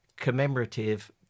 commemorative